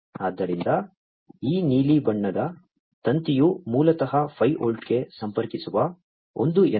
ಆದ್ದರಿಂದ ಈ ನೀಲಿ ಬಣ್ಣದ ತಂತಿಯು ಮೂಲತಃ 5 ವೋಲ್ಟ್ಗೆ ಸಂಪರ್ಕಿಸುವ ಒಂದು ಯಂತ್ರ